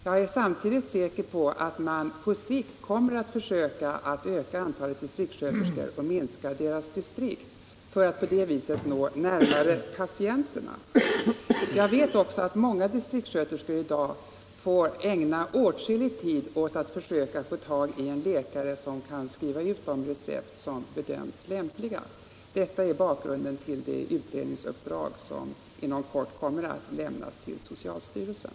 Jag är samtidigt säker på att man på sikt kommer att försöka öka antalet distriktssköterskor och minska deras distrikt för att de på det sättet skall komma närmare patienterna. Jag vet också att många distriktssköterskor i dag måste ägna åtskillig tid åt att försöka få tag i en läkare som kan skriva ut recept på läkemedel som bedöms lämpliga. Detta är bakgrunden till det utredningsuppdrag som inom kort kommer att lämnas till socialstyrelsen.